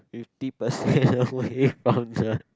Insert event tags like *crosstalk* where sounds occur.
fifty percent *laughs* away from the